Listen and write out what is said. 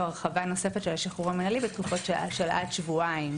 הרחבה נוספת של השחרור המנהלי בתקופות של עד שבועיים,